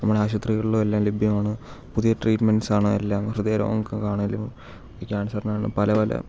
നമ്മുടെ ആശുപത്രികളിലും എല്ലാം ലഭ്യമാണ് പുതിയ ട്രീറ്റ്മെന്റ്സ് ആണ് എല്ലാം ഹൃദയ രോഗങ്ങൾക്ക് ആണെങ്കിലും ക്യാൻസറിന് ആണെങ്കിലും പല പല